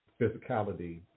physicality